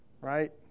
right